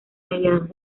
mediados